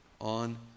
on